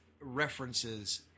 references